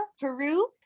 Peru